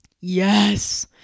Yes